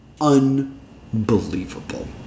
Unbelievable